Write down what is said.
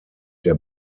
der